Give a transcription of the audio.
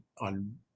on